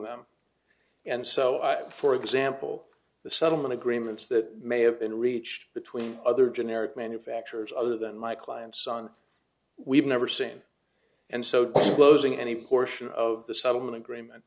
them and so i think for example the settlement agreements that may have been reached between other generic manufacturers other than my client's son we've never seen and so closing any portion of the settlement agreement